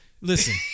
Listen